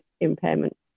Impairment